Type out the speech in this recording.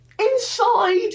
inside